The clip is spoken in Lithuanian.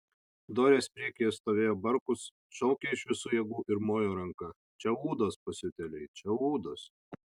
dorės priekyje stovėjo barkus šaukė iš visų jėgų ir mojo ranka čia ūdos pasiutėliai čia ūdos